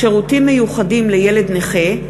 שירותים מיוחדים לילד נכה),